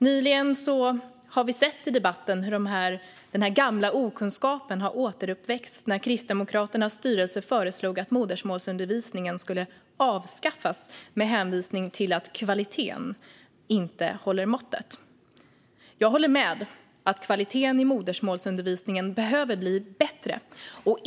Nyligen såg vi i debatten hur denna gamla okunskap återuppväcktes när Kristdemokraternas styrelse föreslog att modersmålsundervisningen skulle avskaffas med hänvisning till att kvaliteten inte håller måttet. Jag håller med om att kvaliteten i modersmålsundervisningen behöver bli bättre.